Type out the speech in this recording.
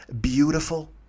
beautiful